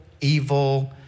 evil